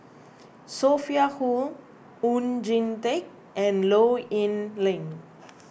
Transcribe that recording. Sophia Hull Oon Jin Teik and Low Yen Ling